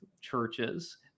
churches